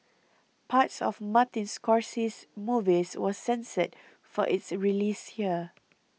parts of Martin Scorsese's movies were censored for its release here